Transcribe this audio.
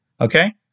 Okay